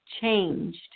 changed